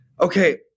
Okay